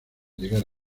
llegar